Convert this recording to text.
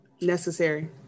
Necessary